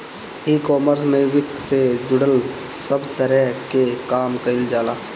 ecommerce में वित्त से जुड़ल सब तहरी के काम कईल जाला